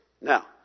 Now